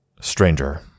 stranger